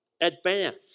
advance